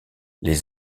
les